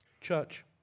Church